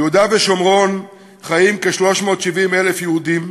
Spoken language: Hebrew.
ביהודה ושומרון חיים כ-370,000 יהודים,